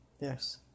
Yes